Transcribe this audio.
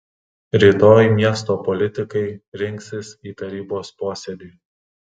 rytoj miesto politikai rinksis į tarybos posėdį